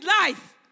life